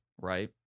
right